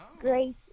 grace